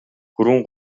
хүрэн